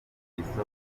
ibisubizo